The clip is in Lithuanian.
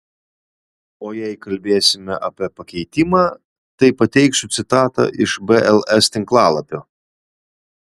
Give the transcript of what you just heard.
o jei kalbėsime apie pakeitimą tai pateiksiu citatą iš bls tinklalapio